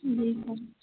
जी sir